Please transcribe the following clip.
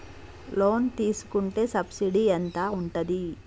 Loan తీసుకుంటే subsidy ఎంత ఉంటది?